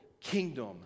kingdom